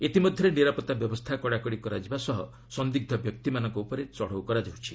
ଇତିମଧ୍ୟରେ ନିରାପତ୍ତା ବ୍ୟବସ୍ଥା କଡ଼ାକଡ଼ି କରାଯିବା ସହ ସନ୍ଦିଗ୍ର ବ୍ୟକ୍ତିମାନଙ୍କ ଉପରେ ଚଢ଼ଉ କରାଯାଉଛି